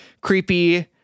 creepy